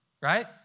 right